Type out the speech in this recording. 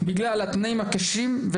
בגלל התנאים הקשים.